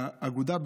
האגודה,